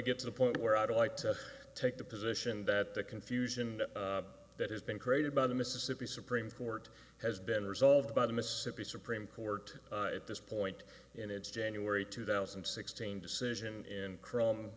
to get to the point where i'd like to take the position that the confusion that has been created by the mississippi supreme court has been resolved by the mississippi supreme court at this point in its january two thousand and sixteen decision in c